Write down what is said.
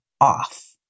off